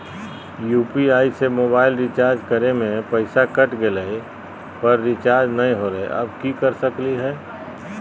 UPI से mobile recharge करे में पैसा कट गेलई, पर रिचार्ज नई होलई, अब की कर सकली हई?